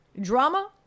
drama